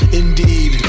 indeed